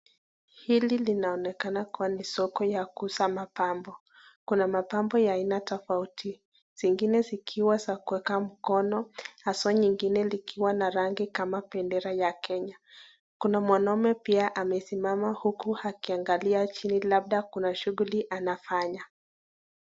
Hili linaonekana kuwa ni soko ya kuuza mapambo, kuna mapambo ya aina tofauti, zingine zikiwa za kuweka mkono, haswa nyingine likiwa na rangi kama bendera ya Kenya . Kuna mwanaume pia amesimama huku akiangalia chini labda shughuli anafanya.